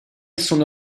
sono